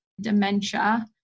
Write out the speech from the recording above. dementia